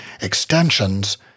extensions